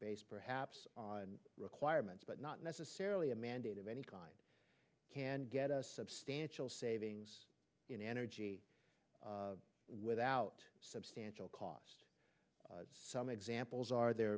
based perhaps on requirements but not necessarily a mandate of any kind can get a substantial savings in energy without substantial cost some examples are the